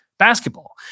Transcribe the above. basketball